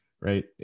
right